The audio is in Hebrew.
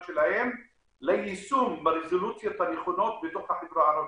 שלהם ליישום ברזולוציות הנכונות בתוך החברה הערבית.